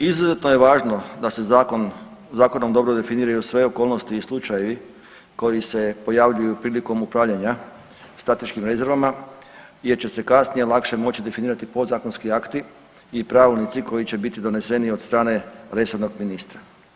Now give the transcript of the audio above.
Izuzetno je važno da se zakon, zakonom dobro definiraju sve okolnosti i slučajevi koji se pojavljuju prilikom upravljanja strateškim rezervama jer će se kasnije lakše moći definirati podzakonski akti i pravilnici koji će biti doneseni od strane resornog ministra.